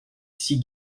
six